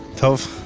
tov,